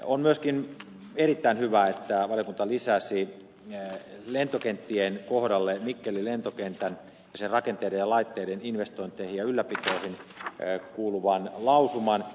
on myöskin erittäin hyvä että valiokunta lisäsi lentokenttien kohdalle mikkelin lentokenttään ja sen rakenteiden ja laitteiden investointeihin ja ylläpitoihin liittyvän lausuman